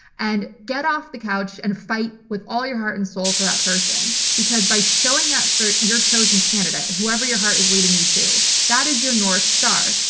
and get off the couch and fight with all your heart and soul for that person? because by showing up for your chosen candidate, whoever your heart is leading you to, that is your north star.